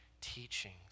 teachings